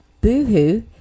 Boohoo